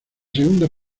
segunda